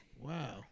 Wow